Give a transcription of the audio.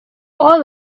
all